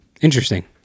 Interesting